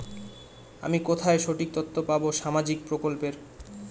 আমি কোথায় সঠিক তথ্য পাবো সামাজিক প্রকল্পের?